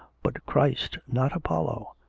but christ, not apollo,